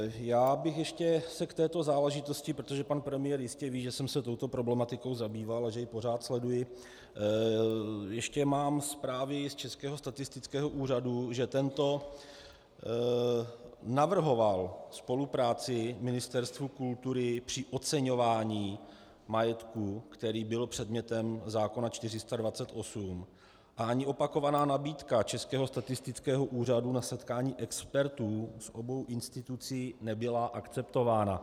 Já bych ještě k této záležitosti, protože pan premiér jistě ví, že jsem se touto problematikou zabýval a že ji pořád sleduji, ještě mám zprávy z Českého statistického úřadu, že tento navrhoval spolupráci Ministerstvu kultury při oceňování majetku, který byl předmětem zákona 428, a ani opakovaná nabídka Českého statistického úřadu na setkání expertů z obou institucí nebyla akceptována.